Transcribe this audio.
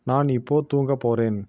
நான் இப்போ தூங்க போகிறேன்